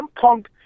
Punk